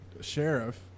Sheriff